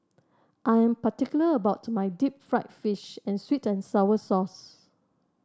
I am particular about my Deep Fried Fish with sweet and sour sauce